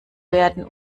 werden